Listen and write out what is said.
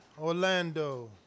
Orlando